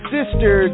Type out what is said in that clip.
Sister